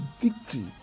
victory